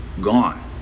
gone